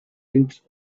inch